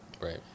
Right